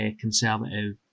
conservative